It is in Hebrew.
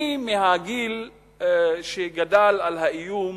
אני מהגיל שגדל על האיום